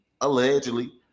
allegedly